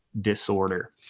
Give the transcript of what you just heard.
disorder